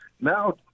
now—